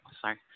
sorry